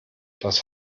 das